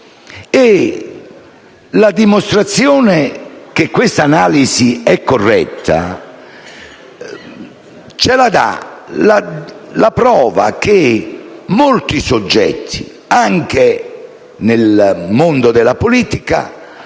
La dimostrazione che questa analisi è corretta sta nel fatto che molti soggetti, anche nel mondo della politica,